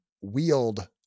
wield